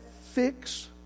fix